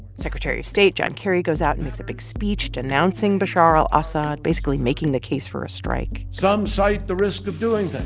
secretary of state john kerry goes out and makes a big speech denouncing bashar al-assad, basically making the case for a strike some cite the risk of doing things.